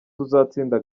tuzatsinda